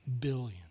billion